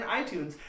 iTunes